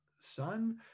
son